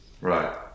Right